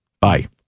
Bye